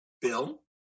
Bill